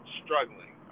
struggling